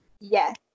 Yes